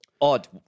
Odd